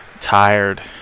tired